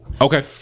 Okay